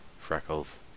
freckles